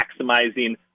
maximizing